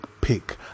pick